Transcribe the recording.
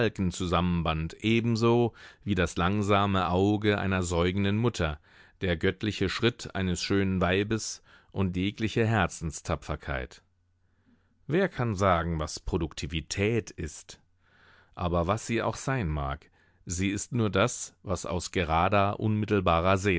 zusammenband ebenso wie das langsame auge einer säugenden mutter der göttliche schritt eines schönen weibes und jegliche herzenstapferkeit wer kann sagen was produktivität ist aber was sie auch sein mag sie ist nur das was aus gerader unmittelbarer